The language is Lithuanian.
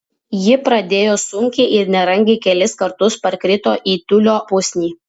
ji pradėjo sunkiai ir nerangiai kelis kartus parkrito į tiulio pusnį